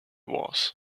was